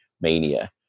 mania